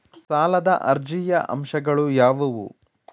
ಸಾಲದ ಅರ್ಜಿಯ ಅಂಶಗಳು ಯಾವುವು?